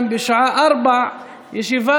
הישיבה